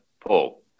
Paul